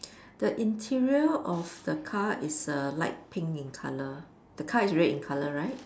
the interior of the car is err light pink in colour the car is red in colour right